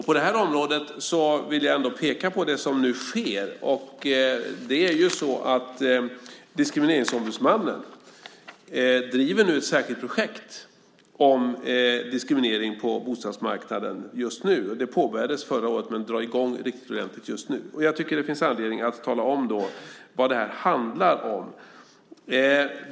På det här området vill jag ändå peka på det som nu sker. Diskrimineringsombudsmannen driver nu ett särskilt projekt om diskriminering på bostadsmarknaden. Det påbörjades förra året men drar i gång riktigt ordentligt just nu. Jag tycker att det finns anledning att tala om vad det handlar om.